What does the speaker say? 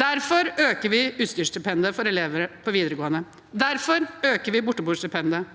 Derfor øker vi utstyrsstipendet for elever på videregående. Derfor øker vi borteboerstipendet.